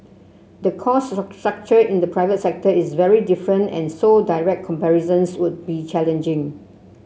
the cost structure in the private sector is very different and so direct comparisons would be challenging